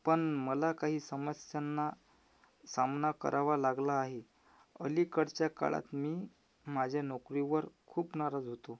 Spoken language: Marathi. पण मला काही समस्यांना सामना करावा लागला आहे अलीकडच्या काळात मी माझ्या नोकरीवर खूप नाराज होतो